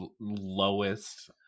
lowest